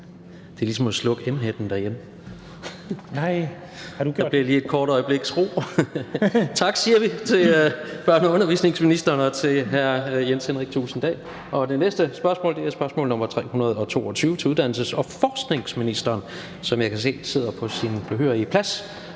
det er ligesom at slukke emhætten derhjemme: et øjebliks ro fra Slotspladsen. Tak siger vi til børne- og undervisningsministeren og til hr. Jens Henrik Thulesen Dahl. Det næste spørgsmål er spørgsmål nr. 322 til uddannelses- og forskningsministeren, som jeg kan se sidder på sin behørige plads.